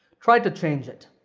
try to change it.